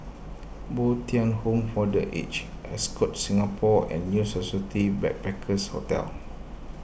Bo Tien Home for the Aged Ascott Singapore and New Society Backpackers' Hotel